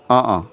অঁ অঁ